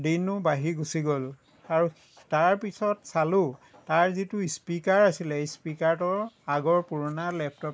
দিনো বাঢ়ি গুচি গ'ল তাৰ পিছত চালোঁ তাৰ যিটো স্পিকাৰ আছিলে স্পিকাৰটোও আগৰ পুৰণা লেপটপ